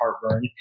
heartburn